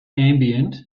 ambient